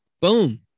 Boom